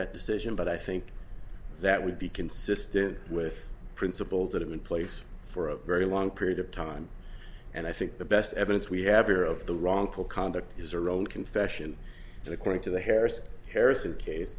that decision but i think that would be consistent with principles that have in place for a very long period of time and i think the best evidence we have here of the wrongful conduct is her own confession according to the harris harrison case